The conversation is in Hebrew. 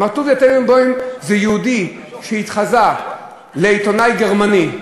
מר טוביה טננבאום, יהודי שהתחזה לעיתונאי גרמני,